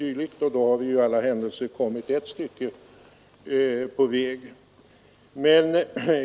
Då har vi i alla händelser kommit ett stycke på väg mot samförstånd.